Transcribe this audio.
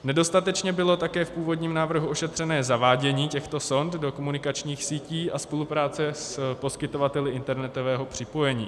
Nedostatečně bylo také v původním návrhu ošetřené zavádění těchto sond do komunikačních sítí a spolupráce s poskytovateli internetového připojení.